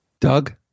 Doug